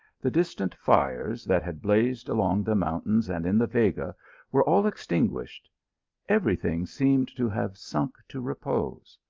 the distant fires that had blazed along the mountains and in the vega were all extinguished every thing seemed to have sunk to repose.